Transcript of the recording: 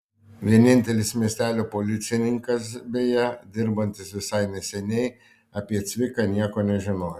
vienintelis miestelio policininkas beje dirbantis visai neseniai apie cviką nieko nežinojo